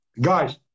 Guys